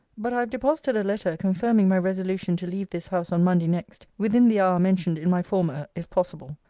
but i have deposited a letter confirming my resolution to leave this house on monday next, within the hour mentioned in my former, if possible.